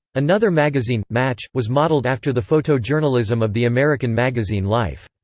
another magazine, match, was modeled after the photojournalism of the american magazine life.